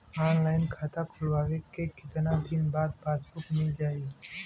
Online खाता खोलवईले के कितना दिन बाद पासबुक मील जाई?